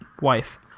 wife